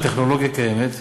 הטכנולוגיה קיימת,